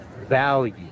value